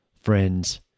friends